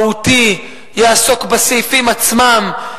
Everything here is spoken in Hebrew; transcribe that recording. מהותי, יעסוק בסעיפים עצמם.